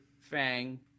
Fang